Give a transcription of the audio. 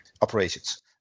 operations